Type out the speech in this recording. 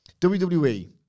WWE